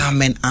Amen